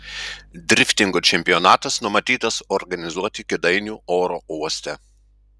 driftingo čempionatas numatytas organizuoti kėdainių oro uoste